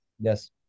yes